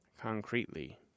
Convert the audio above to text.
concretely